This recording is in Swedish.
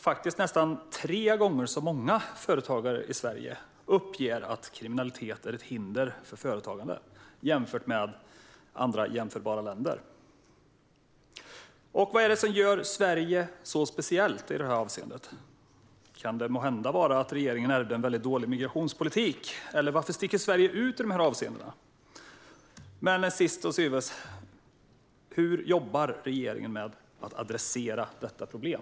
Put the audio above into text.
Här uppger nästan tre gånger fler företagare än i jämförbara länder att kriminalitet är ett hinder för företagande. Vad är det som gör Sverige så speciellt i detta avseende? Kan det vara att regeringen ärvde en dålig migrationspolitik? Varför sticker Sverige ut? Hur jobbar regeringen med att adressera detta problem?